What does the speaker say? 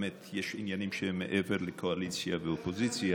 באמת, יש עניינים שהם מעבר לקואליציה ואופוזיציה.